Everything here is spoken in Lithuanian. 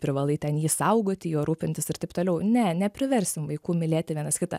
privalai ten jį saugoti juo rūpintis ir taip toliau ne nepriversim vaikų mylėti vienas kitą